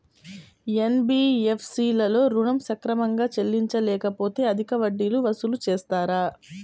NBFC లలో ఋణం సక్రమంగా చెల్లించలేకపోతె అధిక వడ్డీలు వసూలు చేస్తారా?